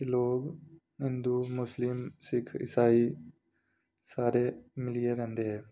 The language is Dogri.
लोक हिंदू मुस्लिम सिक्ख इसाई सारे मिलियै रौंह्दे हे